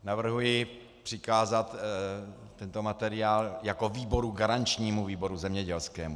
Navrhuji přikázat tento materiál jako výboru garančnímu výboru zemědělskému.